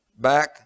back